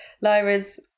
Lyra's